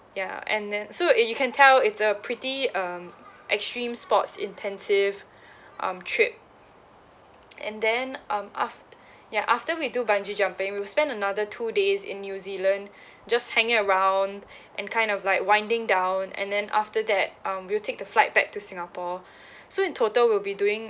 ya and then so eh you can tell it's a pretty um extreme sports intensive um trip and then um af~ ya after we do bungee jumping we'll spend another two days in new zealand just hanging around and kind of like winding down and then after that um we'll take the flight back to singapore so in total we'll be doing